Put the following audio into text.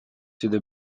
through